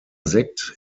sekt